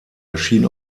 erschien